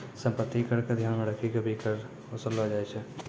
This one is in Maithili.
सम्पत्ति कर क ध्यान मे रखी क भी कर वसूललो जाय छै